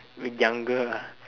when younger ah